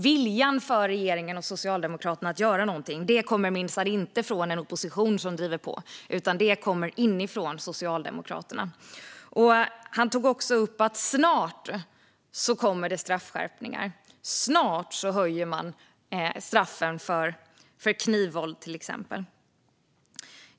Viljan för regeringen och Socialdemokraterna att göra någonting kommer minsann inte från en opposition som driver på, utan den kommer inifrån Socialdemokraterna. Han tog också upp att det snart kommer straffskärpningar. Snart höjer man straffen för knivvåld, till exempel.